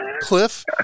Cliff